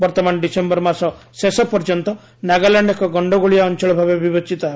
ବର୍ତ୍ତମାନ ଡିସେୟର ମାସ ଶେଷ ପର୍ଯ୍ୟନ୍ତ ନାଗାଲ୍ୟାଣ୍ଡ୍ ଏକ ଗଶ୍ତଗୋଳିଆ ଅଞ୍ଚଳ ଭାବେ ବିବେଚିତ ହେବ